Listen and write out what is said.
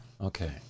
okay